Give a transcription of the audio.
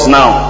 now